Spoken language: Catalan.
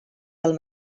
del